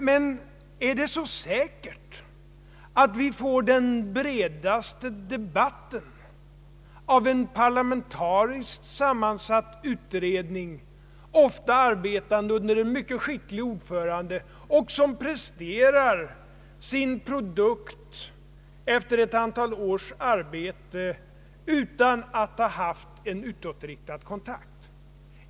Men är det så säkert att vi får den bredaste debatten genom en parlamentariskt sammansatt utredning, som ofta arbetar under en mycket skicklig oräförande och presterar sin produkt efter ett antal års arbete utan att ha haft en utåtriktad kontakt?